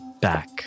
back